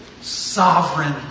Sovereign